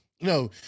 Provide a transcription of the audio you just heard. no